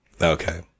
Okay